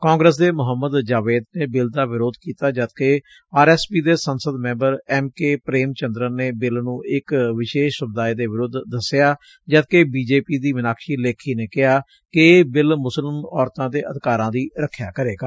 ਕਾਂਗਰਸ ਦੇ ਮੁਹੰਮਦ ਜਾਵੇਦ ਨੇ ਬਿੱਲ ਦਾ ਵਿਰੋਧ ਕੀਤਾ ਜਦ ਕਿ ਆਰ ਐਸ ਪੀ ਦੇ ਸੰਸਦ member M K Prem Chandran ਨੇ ਬਿੱਲ ਨੂੰ ਇਕ ਵਿਸ਼ੇਸ਼ ਸਮੁਦਾਇ ਦੇ ਵਿਰੁੱਧ ਦਸਿਆ ਜਦਕਿ ਬੀਜੇਪੀ ਦੀ ਮਿਨਾਕਸ਼ੀ ਲੇਪੀ ਨੇ ਕਿਹਾ ਕਿ ਇਹ ਬਿੱਲ ਮੁਸਲਿਮ ਔਰਤਾ ਦੇ ਅਧਿਕਾਰਾ ਦੀ ਰਖਿਆ ਕਰੇਗਾ